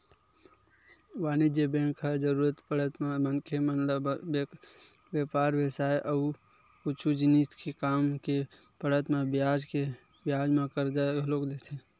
वाणिज्य बेंक ह जरुरत पड़त म मनखे मन ल बेपार बेवसाय अउ कुछु जिनिस के काम के पड़त म बियाज म करजा घलोक देथे